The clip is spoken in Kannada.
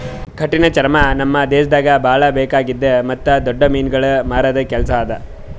ಕಠಿಣ ಚರ್ಮ ನಮ್ ದೇಶದಾಗ್ ಭಾಳ ಬೇಕಾಗಿದ್ದು ಮತ್ತ್ ದೊಡ್ಡ ಮೀನುಗೊಳ್ ಮಾರದ್ ಕೆಲಸ ಅದಾ